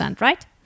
Right